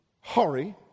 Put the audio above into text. hurry